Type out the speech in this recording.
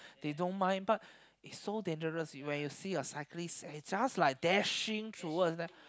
they don't mind but it's so dangerous when you see a cyclist and it's just like dashing towards them